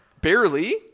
Barely